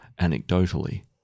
anecdotally